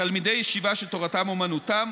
תלמידי ישיבה שתורתם אומנותם,